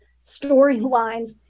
storylines